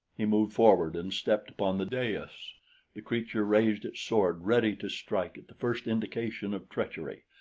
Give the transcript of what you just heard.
he moved forward and stepped upon the dais. the creature raised its sword ready to strike at the first indication of treachery,